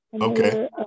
Okay